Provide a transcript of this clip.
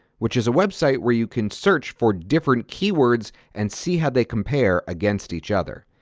which is a website where you can search for different keywords and see how they compare against each other.